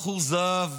בחור זהב,